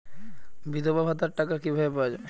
বিধবা ভাতার টাকা কিভাবে পাওয়া যাবে?